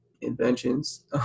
Inventions